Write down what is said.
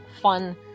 fun